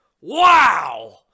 Wow